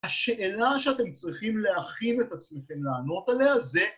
השאלה שאתם צריכים להכין את עצמכם לענות עליה זה